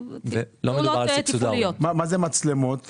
מה זה המצלמות?